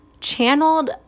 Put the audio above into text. channeled